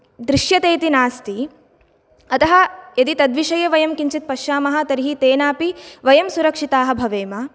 दृश्यते इति नास्ति अतः यदि तद् विषये वयं किञ्चिद् पश्यामः तर्हि तेनापि वयं सुरक्षिताः भवेम